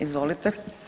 Izvolite.